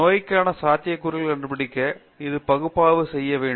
நோய்க்கான சாத்தியக்கூறுகள் கண்டுபிடிக்க இது பகுப்பாய்வு செய்யப்பட வேண்டும்